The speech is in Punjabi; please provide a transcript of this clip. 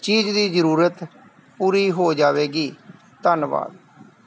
ਚੀਜ਼ ਦੀ ਜ਼ਰੂਰਤ ਪੂਰੀ ਹੋ ਜਾਵੇਗੀ ਧੰਨਵਾਦ